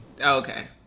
Okay